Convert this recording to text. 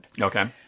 okay